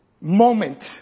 moment